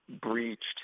breached